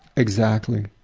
exactly.